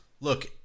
look